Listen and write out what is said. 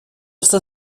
все